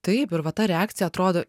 taip ir va ta reakcija atrodo